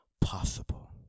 possible